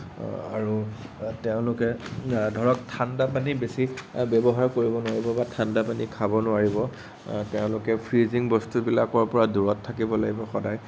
আৰু তেওঁলোকে ধৰক ঠাণ্ডাপানী বেছি ব্যৱহাৰ কৰিব নোৱাৰিব বা ঠাণ্ডা পানী খাব নোৱাৰিব তেওঁলোকে ফ্ৰিজিং বস্তুবিলাকৰ পৰা দূৰত থাকিব লাগিব সদায়